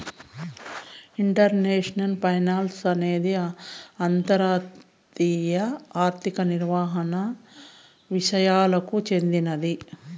international finance అనేది అంతర్జాతీయ ఆర్థిక నిర్వహణ విసయాలకు చెందింది